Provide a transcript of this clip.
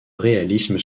réalisme